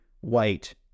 white